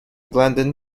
glendon